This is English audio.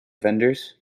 vendors